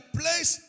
place